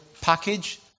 package